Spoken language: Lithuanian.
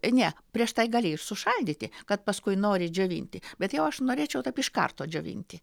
ne prieš tai gali ir sušaldyti kad paskui nori džiovinti bet jau aš norėčiau taip iš karto džiovinti